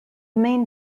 main